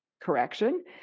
Correction